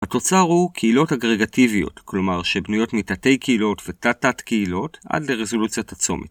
התוצר הוא קהילות אגרגטיביות, כלומר שבנויות מתתי-קהילות ותת-תת קהילות עד לרזולוציית הצומת.